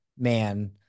man